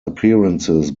appearances